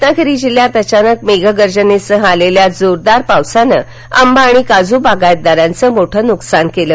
रत्नागिरी जिल्ह्यात अचानक मेघगर्जनेसह आलेल्या जोरदार पावसानं आंबा आणि काजू बागायतदारांचं मोठं नुकसान केलं